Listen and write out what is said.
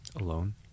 Alone